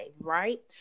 right